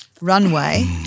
runway